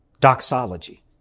doxology